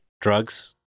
Drugs